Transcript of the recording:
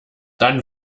dann